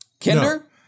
Kinder